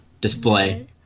display